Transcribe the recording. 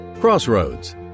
Crossroads